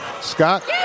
Scott